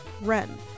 Wren